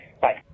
Bye